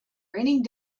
raining